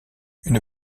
une